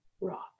rock